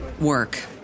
work